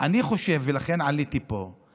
אני חושב, ולכן עליתי לפה,